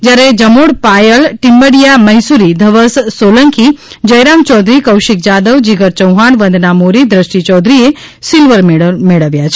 જ્યારે જમોડ પાયલ ટીમ્બડીયા મૈસુરી ધવસ સોલંકી જયરામ ચૌધરી કૌશિક જાદવ જીગર ચૌહાણ વંદના મોરી દૃષ્ટિ ચૌધરીએ silver medal મેળવ્યા છે